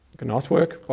cannot work.